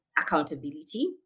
accountability